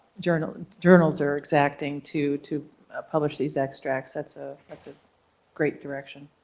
journals and journals are exacting to to publish these extracts that's a that's a great direction.